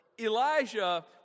Elijah